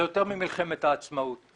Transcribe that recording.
הוא יותר ממלחמת העצמאות.